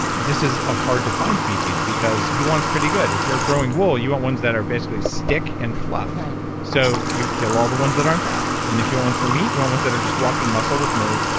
this is a hard to find species because who wants pretty good? if you're growing wool, you want ones that are basically stick and fluff so you kill all the ones that aren't that. and if you want ones for meat, you want ones that are just walking muscle with no.